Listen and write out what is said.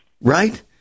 right